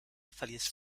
verließ